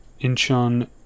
Incheon